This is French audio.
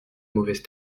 mauvaise